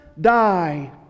die